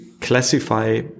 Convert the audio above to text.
classify